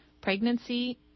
pregnancy